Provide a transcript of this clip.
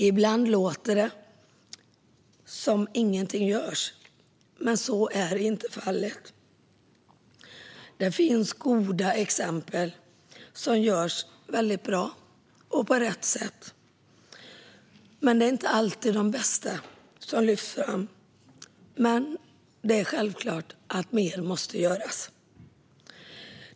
Ibland låter det som om ingenting görs, men så är inte fallet. Det finns goda exempel på sådant som görs väldigt bra och på rätt sätt, men det är inte alltid de bästa som lyfts fram. Men självklart måste mer göras.